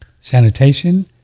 sanitation